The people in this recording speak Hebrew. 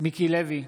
מיקי לוי,